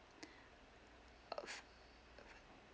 of uh